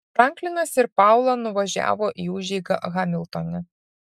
franklinas ir paula nuvažiavo į užeigą hamiltone